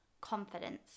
confidence